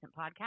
podcast